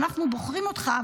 אנחנו בוחרים אותך,